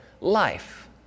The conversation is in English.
life